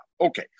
Okay